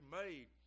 made